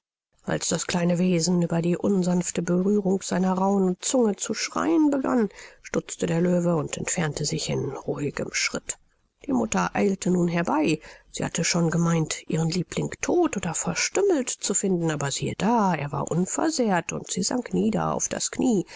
als das kleine wesen über die unsanfte berührung seiner rauhen zunge zu schreien begann stutzte der löwe und entfernte sich in ruhigem schritt die mutter eilte nun herbei sie hatte schon gemeint ihren liebling todt oder verstümmelt zu finden aber siehe da er war unversehrt und sie sank nieder auf das knie